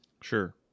Sure